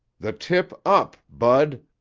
the tip up, bud!